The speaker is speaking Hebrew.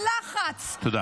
ובהפעלת לחץ -- תודה.